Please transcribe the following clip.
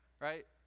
right